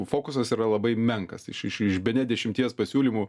fokusas yra labai menkas iš iš iš bene dešimties pasiūlymų